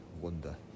wonder